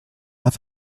path